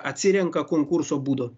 atsirenka konkurso būdo